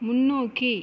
முன்னோக்கி